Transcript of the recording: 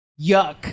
Yuck